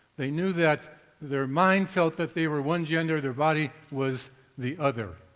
they knew that their mind felt that they were one gender, their body was the other.